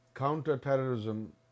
counter-terrorism